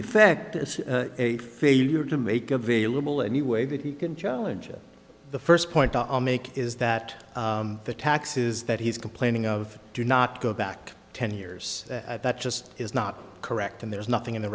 effect as a failure to make available any way that he can challenge it the first point to make is that the taxes that he's complaining of do not go back ten years at that just is not correct and there's nothing in the